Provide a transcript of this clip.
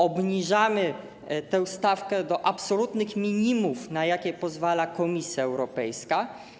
Obniżamy tę stawkę do absolutnych minimów, na jakie pozwala Komisja Europejska.